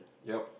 yeap